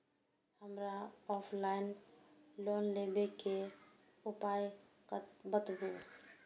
हमरा offline loan लेबे के उपाय बतबु?